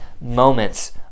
moments